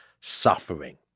suffering